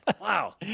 Wow